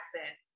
accent